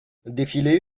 défilé